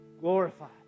glorified